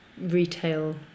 retail